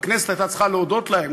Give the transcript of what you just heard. והכנסת הייתה צריכה להודות להם,